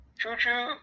Choo-choo